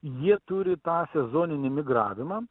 jie turi tą sezoninį migravimą